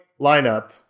lineup